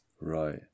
Right